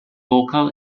vocal